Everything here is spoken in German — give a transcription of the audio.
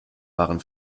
waren